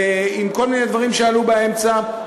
עם כל מיני דברים שעלו באמצע.